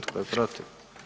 Tko je protiv?